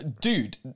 Dude